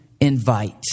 invite